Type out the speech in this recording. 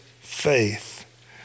faith